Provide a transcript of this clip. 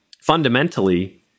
fundamentally